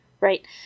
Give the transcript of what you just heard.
right